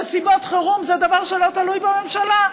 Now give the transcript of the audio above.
נסיבות חירום זה דבר שלא תלוי בממשלה.